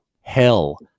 hell